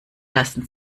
lassen